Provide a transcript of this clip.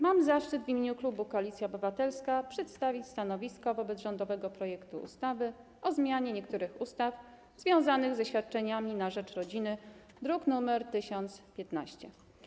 Mam zaszczyt w imieniu klubu Koalicja Obywatelska przedstawić stanowisko wobec rządowego projektu ustawy o zmianie niektórych ustaw związanych ze świadczeniami na rzecz rodziny, druk nr 1015.